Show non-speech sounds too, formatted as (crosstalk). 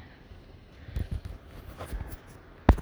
(noise)